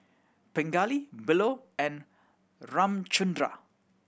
Pingali Bellur and Ramchundra